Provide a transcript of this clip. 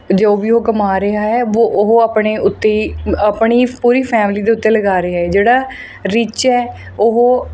ਜੋ ਵੀ ਉਹ ਕਮਾ ਰਿਹਾ ਹੈ ਵੋ ਉਹ ਆਪਣੇ ਉੱਤੇ ਹੀ ਆਪਣੀ ਪੂਰੀ ਫੈਮਿਲੀ ਦੇ ਉੱਤੇ ਲਗਾ ਰਿਹਾ ਏ ਜਿਹੜਾ ਰਿਚ ਹੈ ਉਹ